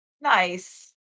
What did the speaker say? Nice